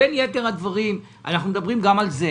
בין היתר אנחנו מדברים גם על זה.